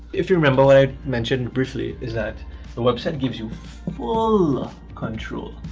if you remember i mentioned briefly is that the website gives you full control